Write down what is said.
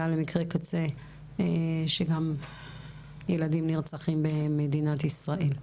למקרי קצה שילדים נרצחים במדינת ישראל.